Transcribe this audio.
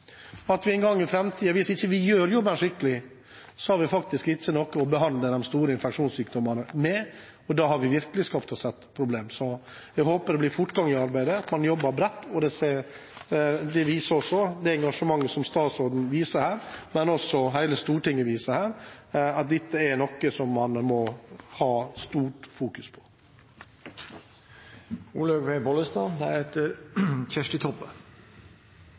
at vi en gang i framtiden, hvis vi ikke gjør jobben skikkelig, ikke har noe å behandle de store infeksjonssykdommene med, og da har vi virkelig skapt oss et problem. Jeg håper det blir fortgang i arbeidet, og at man jobber bredt. Engasjementet som statsråden, men også hele Stortinget, viser, forteller oss at dette er noe man må